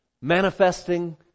Manifesting